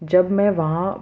جب میں وہاں